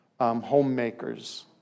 homemakers